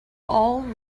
all